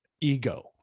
ego